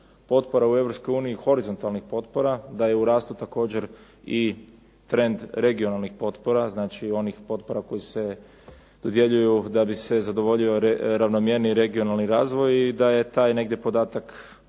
Europskoj uniji horizontalnih potpora, da je u rastu također i trend regionalnih potpora, znači onih potpora koje se dodjeljuju da bi se zadovoljio ravnomjerniji regionalni razvoj i da je taj negdje podatak